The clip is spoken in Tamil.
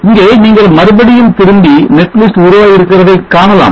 இங்கே நீங்கள் மறுபடியும் திரும்பி netlist உருவாகியிருப்பதை காணலாம்